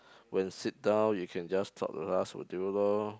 when sit down you can just stop the last will do lor